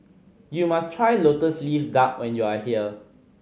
you must try Lotus Leaf Duck when you are here